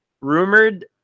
rumored